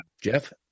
Jeff